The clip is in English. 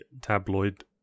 tabloid